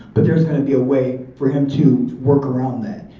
but there's gonna be a way for him to work around that.